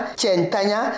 chentanya